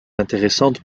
intéressante